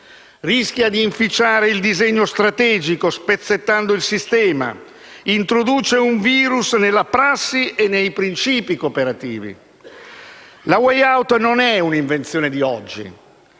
rischia di inficiare il disegno strategico spezzettando il sistema; introduce un *virus* nella prassi e nei principi cooperativi. La *way out* non è un'invenzione di oggi.